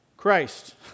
Christ